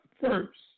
first